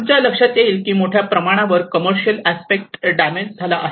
तुमच्या लक्षात येईल की मोठ्याप्रमाणावर कमर्शियल अस्पेक्ट डॅमेज झाला आहे